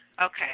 Okay